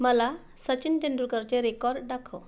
मला सचिन तेंडूलकरचे रेकॉर्ड दाखव